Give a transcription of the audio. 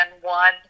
one